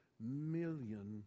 million